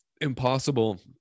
impossible